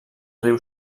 riu